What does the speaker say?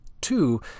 Two